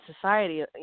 society